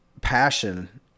passion